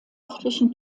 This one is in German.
örtlichen